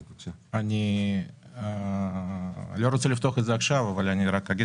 אני לא רוצה לפתוח את זה עכשיו אבל אגיד